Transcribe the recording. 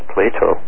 Plato